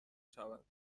شود